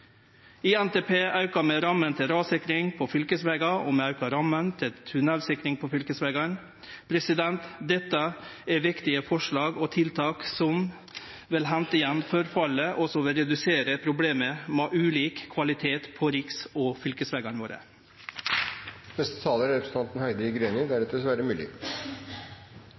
I NTP aukar vi ramma til rassikring på fylkesvegar, og vi aukar ramma til tunnelsikring på fylkesvegane. Dette er viktige forslag og tiltak som vil hente inn forfallet, og som vil redusere problemet med ulik kvalitet på riks- og fylkesvegane våre. Senterpartiet har lenge etterlyst en satsing på fylkesveiene i NTP. Det bekymrer Senterpartiet at vedlikeholdsetterslepet er